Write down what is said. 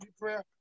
prayer